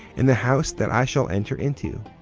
and the house that i shall enter into.